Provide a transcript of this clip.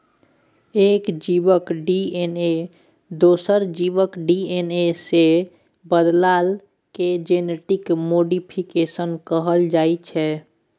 एक जीबक डी.एन.ए दोसर जीबक डी.एन.ए सँ बदलला केँ जेनेटिक मोडीफिकेशन कहल जाइ छै